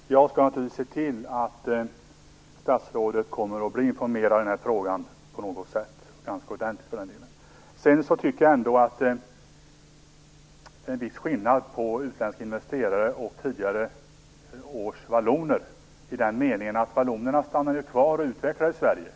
Herr talman! Jag skall naturligtvis se till att statsrådet kommer att bli informerad i den här frågan på något sätt, ganska ordentligt för den delen. Jag tycker ändå att det är en viss skillnad mellan utländska investerare och tidigare års valloner i den meningen att vallonerna stannade kvar och utvecklade Sverige,